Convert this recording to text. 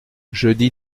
jeudi